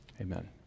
Amen